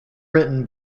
written